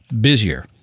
busier